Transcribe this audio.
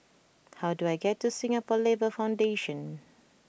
how do I get to Singapore Labour Foundation